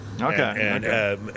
Okay